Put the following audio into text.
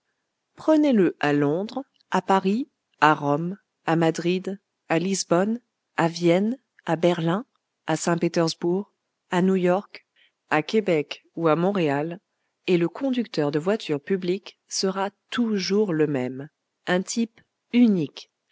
prenez-le à londres à paris à rome à madrid à lisbonne à vienne à berlin à saint-pétersbourg à new-york à québec ou à montréal et le conducteur de voitures publiques sera toujours le même un type unique